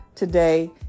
Today